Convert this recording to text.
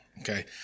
Okay